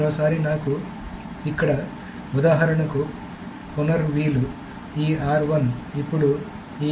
మరోసారి నాకు ఇక్కడ ఉదాహరణకు పునర్ వీలు ఈ అప్పుడు ఈ ఈ ఉంది